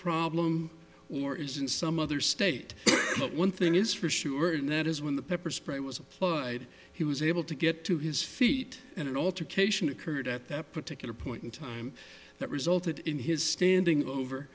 problem or is in some other state but one thing is for sure and that is when the pepper spray was applied he was able to get to his feet and alter cation occurred at that particular point in time that resulted in his standing over